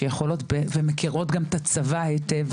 שיכולות ומכירות גם את הצבא היטב,